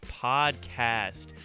podcast